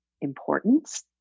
importance